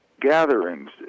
gatherings